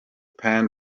pan